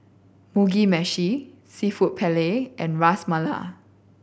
Mugi Meshi Seafood Paella and Ras Malai